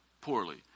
Poorly